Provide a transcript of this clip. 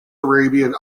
arabian